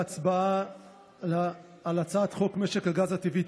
להצביע בעד הצעת החוק בקריאה שנייה ובקריאה שלישית.